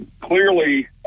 clearly